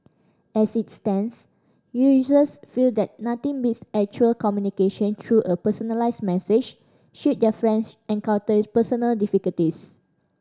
as it stands users feel that nothing beats actual communication through a personalised message should their friends encounter personal difficulties